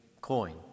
coin